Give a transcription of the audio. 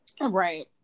right